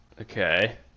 Okay